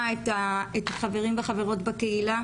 החברים והחברות בקהילה,